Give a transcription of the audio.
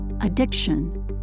addiction